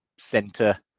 center